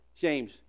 James